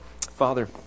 Father